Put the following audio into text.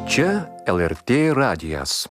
čia lrt radijas